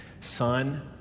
Son